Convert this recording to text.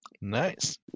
Nice